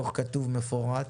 דוח כתוב ומפורט,